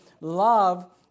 love